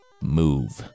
Move